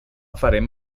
farem